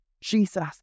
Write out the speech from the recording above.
Jesus